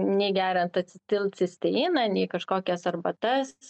nei geriant acitilcisteiną nei kažkokias arbatas